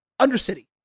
Undercity